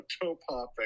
toe-popping